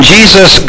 Jesus